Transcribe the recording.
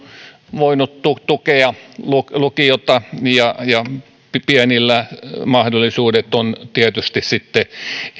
voineet tukea lukiota ja pienillä mahdollisuudet ovat tietysti sitten